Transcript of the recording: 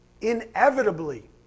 inevitably